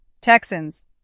Texans